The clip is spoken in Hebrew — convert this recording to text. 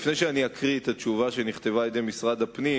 לפני שאקריא את התשובה שנכתבה במשרד הפנים